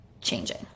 changing